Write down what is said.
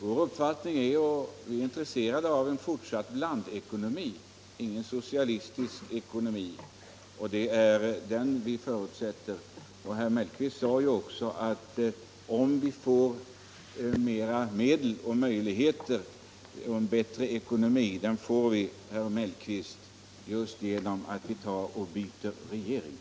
Vi är intresserade av en fortsatt blandekonomi — ingen socialistisk ekonomi - och det är denna blandekonomi vi förutsätter. Herr Mellqvist sade ju också att vi får mera medel och möjligheter om det blir en bättre ekonomi. Den får vi, herr Mellqvist, just genom att vi byter regering.